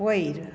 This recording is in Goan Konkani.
वयर